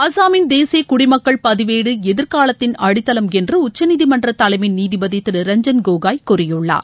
அசாமின் தேசிய குடிமக்கள் பதிவேடு எதிர்காலத்தின் அடித்தளம் என்று உச்சநீதிமன்ற தலைமை நீதிபதி திரு ரஞ்சன் கோகாய் கூறியுள்ளார்